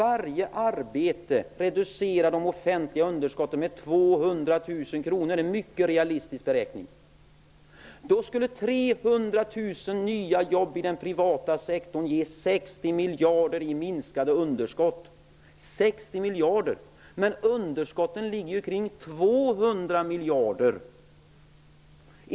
Varje arbete reducerar de offentliga underskotten med 200 000 kr. Det är en mycket realistisk beräkning. Då skulle miljarder i minskade underskott, när underskotten ligger på ca 200 miljarder.